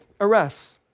arrests